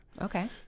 Okay